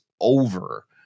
over